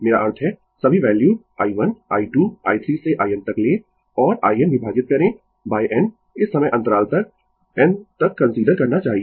मेरा अर्थ है सभी वैल्यू i1 I2 i3 से in तक लें और in विभाजित करें n इस समय अंतराल तक n तक कंसीडर करना चाहिए